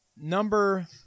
number